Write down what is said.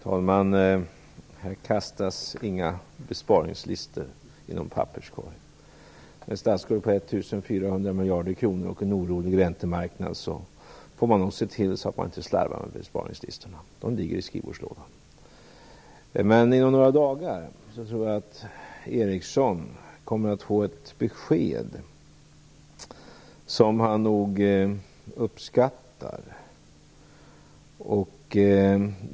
Fru talman! Här kastas inga besparingslistor i någon papperskorg! Med en statsskuld på 1400 miljarder kronor och en orolig räntemarknad får man nog se till att man inte slarvar med besparingslistorna. De ligger i skrivbordslådan. Men inom några dagar tror jag att Dan Ericsson kommer att få ett besked som han nog uppskattar.